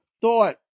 thought